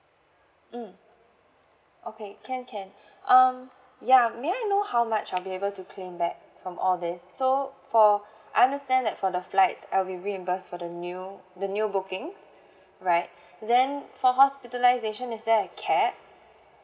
mm okay can can um ya may I know how much I will be able to claim back from all these so for I understand that for the flights I will be reimbursed for the new the new booking right then for hospitalisation is there a cap